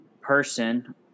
person